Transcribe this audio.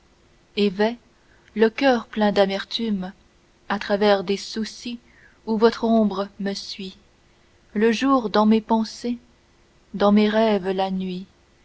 vais le coeur plein d'amertume a travers des soucis où votre ombre me suit le jour dans mes pensées dans mes rêves la nuit